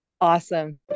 awesome